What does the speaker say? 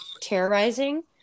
terrorizing